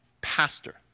pastor